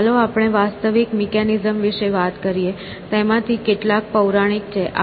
તો ચાલો આપણે વાસ્તવિક મિકેનિઝમ્સ વિશે વાત કરીએ તેમાંથી કેટલાક પૌરાણિક છે